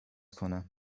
کنم